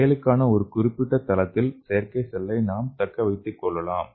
செயலுக்காக ஒரு குறிப்பிட்ட தளத்தில் செயற்கை செல்களை நாம் தக்க வைத்துக் கொள்ளலாம்